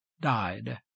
died